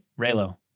Raylo